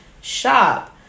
shop